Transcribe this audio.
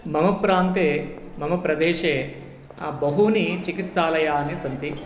मम प्रान्ते मम प्रदेशे बहवः चिकित्सालयाः सन्ति